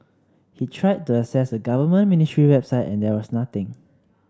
he'd tried to access a government ministry website and there was nothing